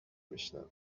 میشنوه